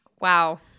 Wow